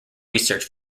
research